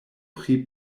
pri